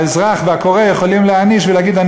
האזרח והקורא יכולים להעניש ולהגיד: אני